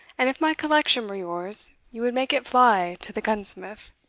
and if my collection were yours, you would make it fly to the gunsmith,